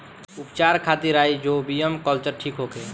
उपचार खातिर rhizobium culture ठीक होखे?